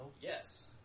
Yes